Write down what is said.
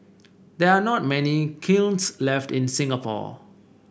there are not many kilns left in Singapore